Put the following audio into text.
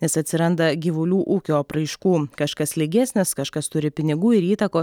nes atsiranda gyvulių ūkio apraiškų kažkas lygesnės kažkas turi pinigų ir įtakos